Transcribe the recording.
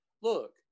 look